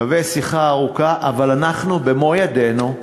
שווה שיחה, שווה שיחה ארוכה, אבל אנחנו במו ידינו,